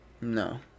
No